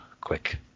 quick